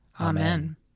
Amen